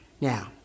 Now